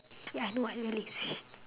ya I know I very lazy